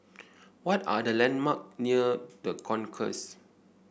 what are the landmarks near The Concourse